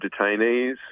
detainees